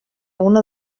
una